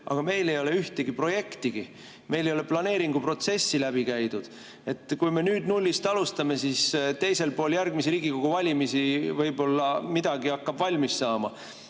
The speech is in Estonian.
aga meil ei ole ühtegi projekti, meil ei ole planeeringuprotsessid läbi käidud, kui me nüüd nullist alustame, siis teisel pool järgmisi Riigikogu valimisi võib-olla midagi hakkab valmis saama.